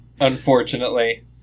unfortunately